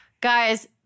guys